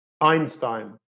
Einstein